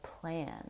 plan